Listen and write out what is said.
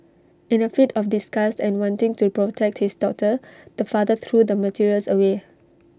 in A fit of disgust and wanting to protect his daughter the father threw the materials away